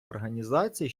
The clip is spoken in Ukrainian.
організацій